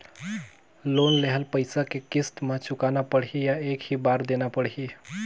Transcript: Loan लेहल पइसा के किस्त म चुकाना पढ़ही या एक ही बार देना पढ़ही?